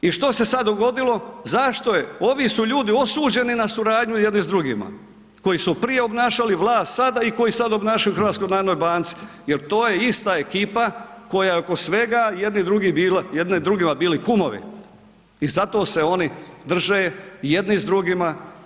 I što se sad dogodilo, zašto je, ovi su ljudi osuđeni na suradnju jedni s drugima, koji su prije obnašali vlast, sada i koji sada obnašaju u HNB-u, jer to je ista ekipa koja je oko svega, jedni drugima bili kumovi i zato se oni drže jedni s drugima.